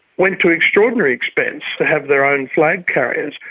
went to extraordinary expense to have their own flag-carriers.